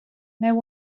know